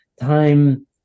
time